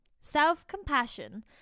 self-compassion